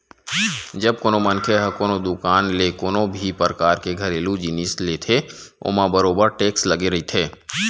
जब कोनो मनखे ह कोनो दुकान ले कोनो भी परकार के घरेलू जिनिस लेथे ओमा बरोबर टेक्स लगे रहिथे